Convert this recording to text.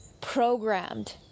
Programmed